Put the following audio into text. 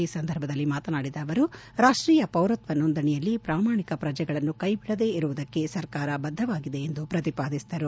ಈ ಸಂದರ್ಭದಲ್ಲಿ ಮಾತನಾಡಿದ ಅವರು ರಾಷ್ಟೀಯ ಪೌರತ್ವ ನೋಂದಣಿಯಲ್ಲಿ ಪ್ರಾಮಾಣಿಕ ಪ್ರಜೆಗಳನ್ನು ಕೈಬಿಡದಿರುವುದಕ್ಕೆ ಸರ್ಕಾರ ಬದ್ಧವಾಗಿದೆ ಎಂದು ಪ್ರತಿಪಾದಿಸಿದರು